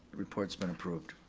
report's been approved.